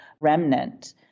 remnant